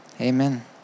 Amen